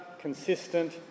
consistent